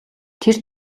тэр